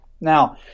Now